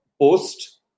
post